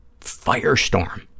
firestorm